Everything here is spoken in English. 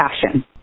passion